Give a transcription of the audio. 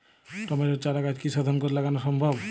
টমেটোর চারাগাছ কি শোধন করে লাগানো সম্ভব?